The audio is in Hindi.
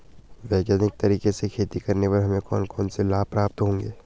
वैज्ञानिक तरीके से खेती करने पर हमें कौन कौन से लाभ प्राप्त होंगे?